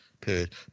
period